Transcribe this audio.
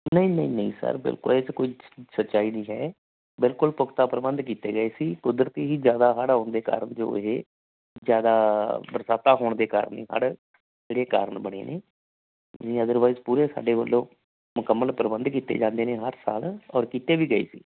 ਨਹੀਂ ਨਹੀਂ ਨਹੀਂ ਸਰ ਬਿਲਕੁਲ ਇਸ 'ਚ ਕੋਈ ਸੱਚਾਈ ਨਹੀਂ ਹੈ ਬਿਲਕੁਲ ਪੁਖਤਾ ਪ੍ਰਬੰਧ ਕੀਤੇ ਗਏ ਸੀ ਕੁਦਰਤੀ ਹੀ ਜ਼ਿਆਦਾ ਹੜ੍ਹ ਆਉਣ ਦੇ ਕਾਰਨ ਜੋ ਇਹ ਜ਼ਿਆਦਾ ਬਰਸਾਤਾਂ ਹੋਣ ਦੇ ਕਾਰਨ ਹੜ੍ਹ ਜਿਹੜੇ ਕਾਰਨ ਬਣੇ ਨੇ ਨਹੀਂ ਅਦਰਵਾਈਜ਼ ਪੂਰੇ ਸਾਡੇ ਵੱਲੋਂ ਮੁਕੰਮਲ ਪ੍ਰਬੰਧ ਕੀਤੇ ਜਾਂਦੇ ਨੇ ਹਰ ਸਾਲ ਔਰ ਕੀਤੇ ਵੀ ਗਏ ਸੀ